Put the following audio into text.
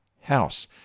House